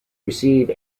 receive